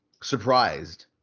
surprised